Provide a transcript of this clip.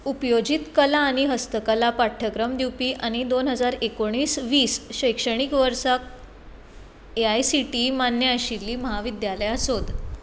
उपयोजीत कला आनी हस्तकला पाठ्यक्रम दिवपी आनी दोन हजार एकोणीस वीस शिक्षणीक वर्सा A I C T E मान्य आशिल्लीं म्हाविद्यालयां सोद